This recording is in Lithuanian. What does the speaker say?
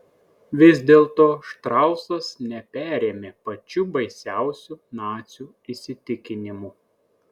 vis dėlto štrausas neperėmė pačių baisiausių nacių įsitikinimų